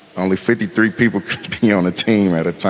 only fifty three people on a team at a time.